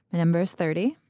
numbers thirty.